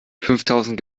fünftausend